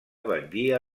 batllia